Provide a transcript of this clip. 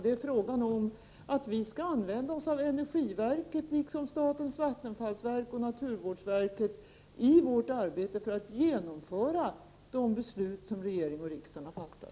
Det är fråga om att vi skall använda oss av energiverket liksom av statens vattenfallsverk och naturvårdsverket i vårt arbete för att genomföra de beslut som regering och riksdag har fattat.